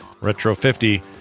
retro50